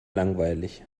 langweilig